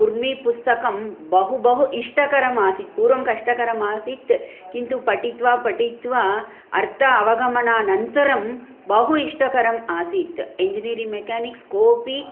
कुर्मी पुस्तकं बहु बहु इष्टकरम् आसीत् पूर्वं कष्टकरमासीत् किन्तु पठित्वा पठित्वा अर्थावगमनानन्तरं बहु इष्टकरम् आसीत् इञ्चिनियरिङ्ग् मेकानिक्स् कोऽपि